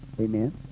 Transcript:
Amen